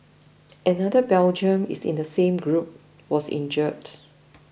another Belgian is in the same group was injured